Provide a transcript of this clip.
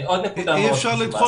אי אפשר לדחות.